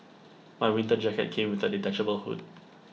my winter jacket came with A detachable hood